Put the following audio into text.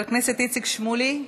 חבר כנסת איציק שמולי,